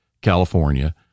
California